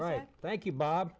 right thank you bob